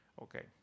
Okay